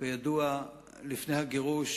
כידוע, לפני הגירוש